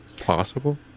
possible